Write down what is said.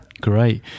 Great